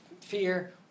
fear